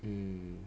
mm